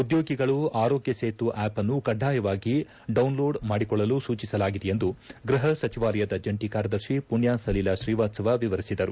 ಉದ್ಯೋಗಿಗಳು ಆರೋಗ್ಯ ಸೇತು ಆಪ್ ಅನ್ನು ಕಡ್ಡಾಯವಾಗಿ ಡೌನ್ಲೋಡ್ ಮಾಡಿಕೊಳ್ಳಲು ಸೂಚಿಸಲಾಗಿದೆ ಎಂದು ಗೃಹ ಸಚಿವಾಲಯದ ಜಂಟ ಕಾರ್ಯದರ್ಶಿ ಪುಣ್ಯ ಸಲೀಲ ಶ್ರೀವಾತ್ವವ ವಿವರಿಸಿದರು